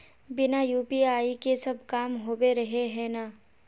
बिना यु.पी.आई के सब काम होबे रहे है ना?